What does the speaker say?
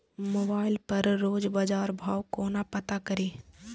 Mobile पर रोज बजार भाव कोना पता करि?